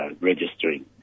registering